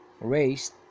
raised